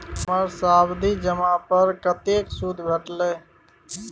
हमर सावधि जमा पर कतेक सूद भेटलै?